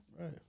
Right